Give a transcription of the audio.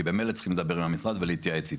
כי ממילא צריכים לדבר עם המשרד ולהתייעץ איתו.